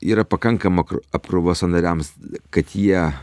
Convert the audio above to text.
yra pakankama apkrova sąnariams kad jie